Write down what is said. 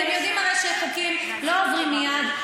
הרי אתם יודעים שחוקים לא עוברים מייד.